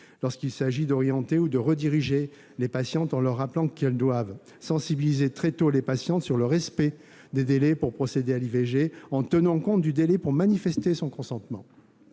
lorsqu'il s'agit d'orienter ou de rediriger les patientes, en leur rappelant qu'ils doivent sensibiliser très tôt les patientes sur le respect des délais pour procéder à l'IVG, en tenant compte du délai pour manifester son consentement.